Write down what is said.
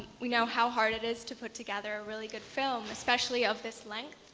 we know how hard it is to put together a really good film, especially of this length.